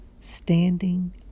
standing